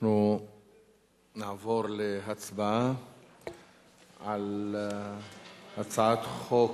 אנחנו נעבור להצבעה על הצעת חוק